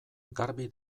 garbi